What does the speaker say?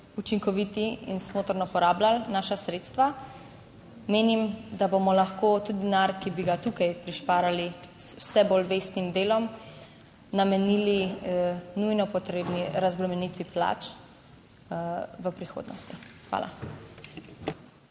učinkovito in smotrno porabljali naša sredstva. Menim, da bomo lahko tudi denar, ki bi ga tukaj prihranili z vse bolj vestnim delom, namenili nujno potrebni razbremenitvi plač v prihodnosti. Hvala.